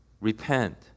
Repent